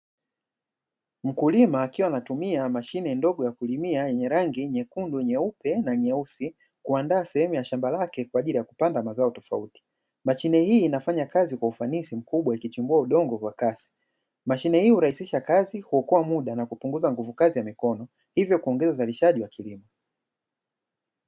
Mkulima akiwa anatumia mashine ndogo ya kulimia yenye rangi nyekundu, nyeupe na nyeusi kuandaa sehemu ya shamba lake kwa ajili ya kupanda mazao tofauti. Mashine hii inafanya kazi kwa ufanisi mkubwa ikichimbua udongo kwa kasi, mashine hii hurahisisha kazi, huokoa muda na kupunguza nguvu kazi ya mikono hivyo kuongeza uzalishaji wa kilimo.